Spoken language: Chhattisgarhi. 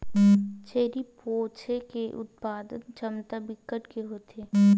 छेरी पोछे म उत्पादन छमता बिकट के होथे